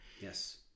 Yes